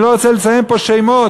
אני לא רוצה לציין פה שמות,